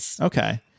okay